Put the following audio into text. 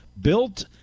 built